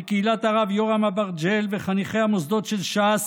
מקהילת הרב יורם אברג'ל וחניכי המוסדות של ש"ס